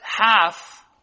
half